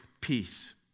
peace